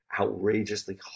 outrageously